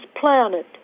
planet